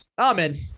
Amen